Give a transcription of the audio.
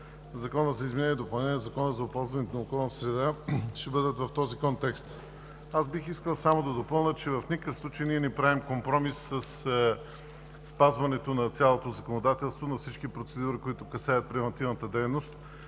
Закона за изменение и допълнение на Закона за опазване на околната среда, ще бъдат в този контекст. Бих искал само да допълня, че в никакъв случай не правим компромис със спазването на цялото законодателство на всички процедури, които касаят превантивната дейност,